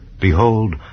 Behold